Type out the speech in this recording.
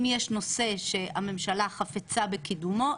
אם יש נושא שהממשלה חפצה בקידומו,